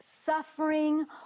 suffering